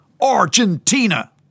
Argentina